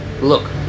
Look